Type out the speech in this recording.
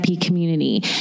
community